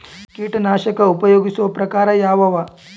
ಕೀಟನಾಶಕ ಉಪಯೋಗಿಸೊ ಪ್ರಕಾರ ಯಾವ ಅವ?